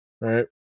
Right